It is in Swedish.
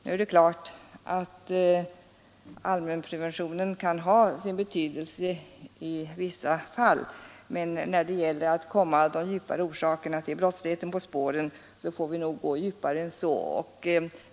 Nu är det klart att allmänpreventionen kan ha sin betydelse i vissa fall, men när det gäller att komma de djupare orsakerna till brottsligheten på spåren får vi nog gå djupare än så.